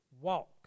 Walk